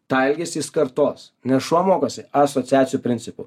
tą elgesį jis kartos nes šuo mokosi asociacijų principu